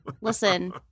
Listen